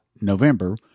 November